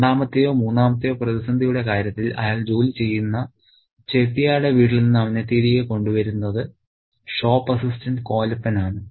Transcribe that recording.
രണ്ടാമത്തെയോ മൂന്നാമത്തെയോ പ്രതിസന്ധിയുടെ കാര്യത്തിൽ അയാൾ ജോലി ചെയ്യുന്ന ചെട്ടിയാരുടെ വീട്ടിൽ നിന്ന് അവനെ തിരികെ കൊണ്ടുവരുന്നത് ഷോപ്പ് അസിസ്റ്റന്റ് കോലപ്പനാണ്